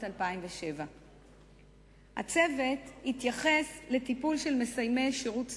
2007. הצוות התייחס לטיפול במסיימי שירות צבאי,